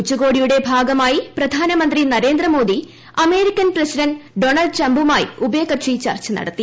ഉച്ചകോടിയുടെ ഭാഗമായി പ്രധാനമന്ത്രി നരേന്ദ്രമോദി അമേരിക്കൻ പ്രസിഡന്റ് ഡോണൾഡ് ട്രംപുമായി ഉഭയകക്ഷി ചർച്ചു നടത്തി